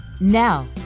Now